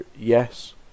yes